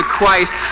Christ